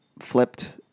flipped